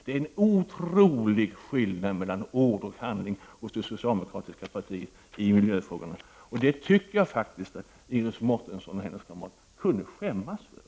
Det är en otrolig skillnad mellan ord och handling hos det socialdemokratiska partiet i miljöfrågorna. Det borde Iris Mårtensson och hennes kamrater skämmas för!